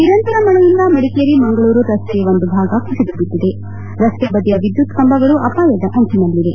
ನಿರಂತರ ಮಳೆಯಿಂದ ಮಡಿಕೇರಿ ಮಂಗಳೂರು ರಸ್ತೆಯ ಒಂದು ಭಾಗ ಕುಸಿದು ಬಿದ್ದಿದೆ ರಸ್ತೆ ಬದಿಯ ವಿದ್ಯುತ್ ಕಂಬಗಳು ಅಪಾಯದ ಅಂಚಿನಲ್ಲಿವೆ